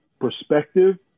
Perspective